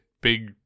big